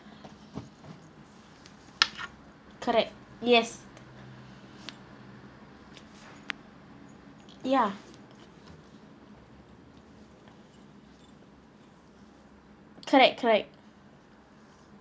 correct yes ya correct correct